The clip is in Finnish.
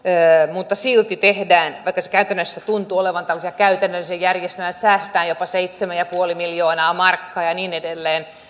mutta silti tehdään vaikka se käytännössä tuntuu olevan tällaisia käytännöllisiä järjestelyjä joilla säästetään jopa seitsemän pilkku viisi miljoonaa euroa ja niin edelleen